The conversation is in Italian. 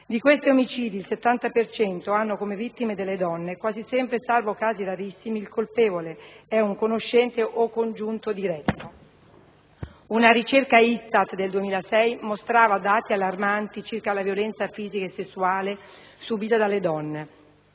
Di questi omicidi, il 70 per cento ha come vittime donne e quasi sempre, salvo casi rarissimi, il colpevole è un conoscente o un congiunto diretto. Una ricerca ISTAT del 2006 mostrava dati allarmanti circa la violenza fisica e sessuale subita dalle donne: